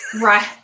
right